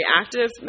active